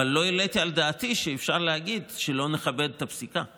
לא העליתי על דעתי שאפשר להגיד שלא לכבד את הפסיקה,